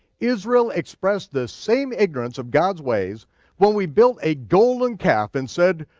israel expressed the same ignorance of god's ways when we built a golden calf and said,